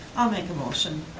i'll make a motion